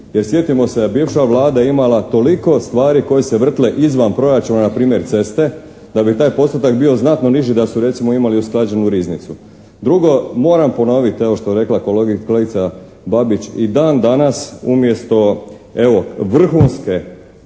jer sjetimo se bivša Vlada je imala toliko stvari koje su se vrtile izvan proračuna npr. ceste da bi taj postotak bio znatno niži da su recimo imali usklađenu riznicu. Drugo, moram ponoviti, evo što je rekla kolegica Babić, i dan danas umjesto evo vrhunske